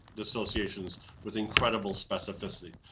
associations with incredible specificity.